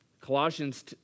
Colossians